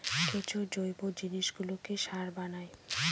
কেঁচো জৈব জিনিসগুলোকে সার বানায়